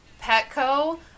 Petco